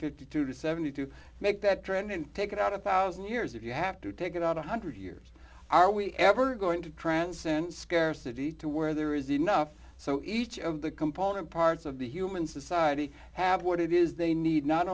fifty two to seventy two make that trend and take it out a one thousand years if you have to take it out one hundred years are we ever going to transcend scarcity to where there is enough so each of the component parts of the human society have what it is they need not